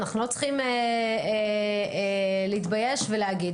אנחנו לא צריכים להתבייש ולהגיד: